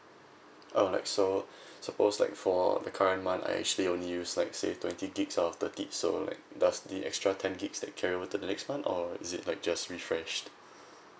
oh like so suppose like for the current month I actually only use like say twenty gigs out of thirty so like does the extra ten gigs that carry over to the next month or is it like just refreshed